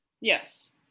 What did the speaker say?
yes